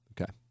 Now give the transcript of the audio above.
Okay